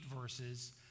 verses